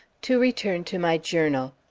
to return to my journal.